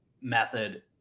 method